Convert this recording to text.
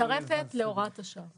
אני מצטרפת להוראת השעה,